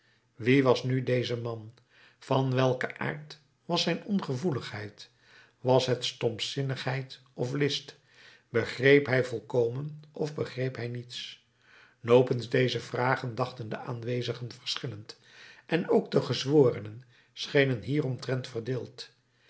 wie was nu deze man van welken aard was zijn ongevoeligheid was het stompzinnigheid of list begreep hij volkomen of begreep hij niets nopens deze vragen dachten de aanwezigen verschillend en ook de gezworenen schenen hieromtrent verdeeld